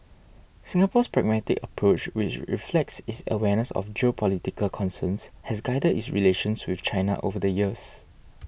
Singapore's pragmatic approach which reflects its awareness of geopolitical concerns has guided its relations with China over the years